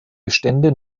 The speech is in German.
bestände